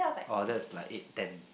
orh that's like eight ten